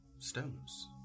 Stones